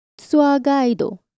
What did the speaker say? Tsuagaido